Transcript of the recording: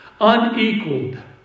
unequaled